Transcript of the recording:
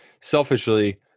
selfishly